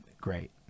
great